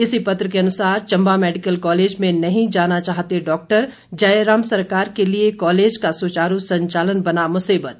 इसी पत्र के अनुसार चंबा मेडिकल कॉलेज में नहीं जाना चाहते डॉक्टर जयराम सरकार के लिए कॉलेज का सुचारू संचालन बना मुसीबत